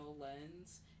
lens